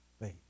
faith